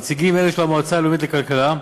נציגים של המועצה הלאומית לכלכלה,